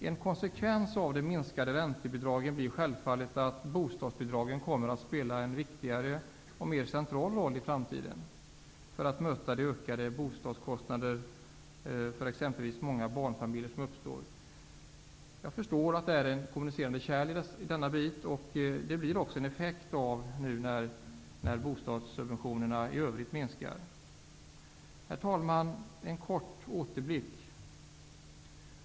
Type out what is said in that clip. En konsekvens av de minskade räntebidragen blir självfallet att bostadsbidragen kommer att spela en viktigare och mer central roll i framtiden för att möta de ökade bostadskostnaderna som uppstår för exempelvis många barnfamiljer. Jag förstår att det är ett kommunicerande kärl i detta sammanhang. Det blir också en effekt när bostadssubventionerna i övrigt minskar. Herr talman! Jag skall göra en kort återblick.